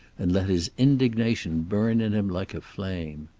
and let his indignation burn in him like a flame.